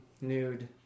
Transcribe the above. Nude